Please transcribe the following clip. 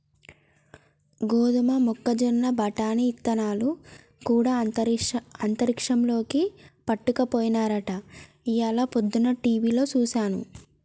గోదమ మొక్కజొన్న బఠానీ ఇత్తనాలు గూడా అంతరిక్షంలోకి పట్టుకపోయినారట ఇయ్యాల పొద్దన టీవిలో సూసాను